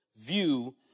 view